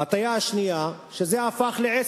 ההטיה השנייה, שזה הפך לעסק.